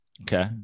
Okay